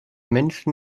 menschen